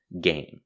game